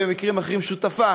במקרים אחרים שותפה